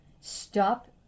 Stop